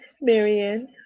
Marianne